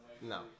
No